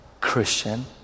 Christian